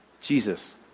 Jesus